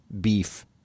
beef